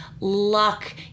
luck